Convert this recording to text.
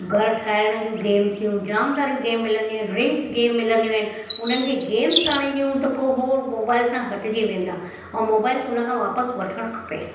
घरु ठाहिण जूं गेम थियूं जाम सारियूं गेम मिलंदियूं आहिनि रिंग्स गेम मिलंदियूं आहिनि उन्हनि खे गेम्स आणे ॾियूं त पोइ उहे मोबाइल सां हटजी वेंदा ऐं मोबाइल हुनखां वापसि वठणु खपे